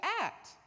act